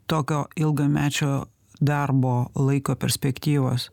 tokio ilgamečio darbo laiko perspektyvos